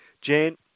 Jane